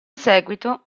seguito